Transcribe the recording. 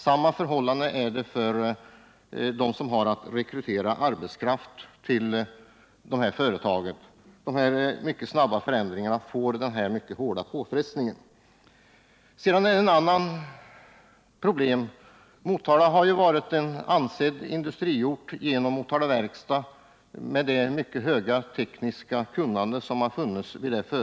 Samma förhållande är det för dem som har att rekrytera arbetskraft till dessa företag. De snabba förändringarna innebär som sagt en mycket kraftig påfrestning. Sedan är det ett annat problem. Motala har ju varit en ansedd industriort genom Motala Verkstad med det mycket höga tekniska kunnande som där funnits.